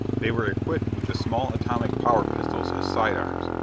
they were equipped with the small atomic power pistols as side-arms,